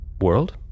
world